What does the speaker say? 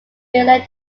belair